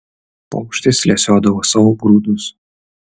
paukštis lesiodavo savo grūdus